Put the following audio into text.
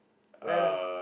where lah